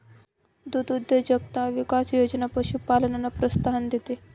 दुग्धउद्योजकता विकास योजना पशुपालनाला प्रोत्साहन देते